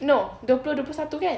no dua puluh dua puluh satu kan